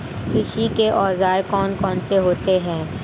कृषि के औजार कौन कौन से होते हैं?